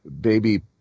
Baby